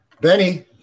Benny